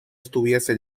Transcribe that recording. estuviese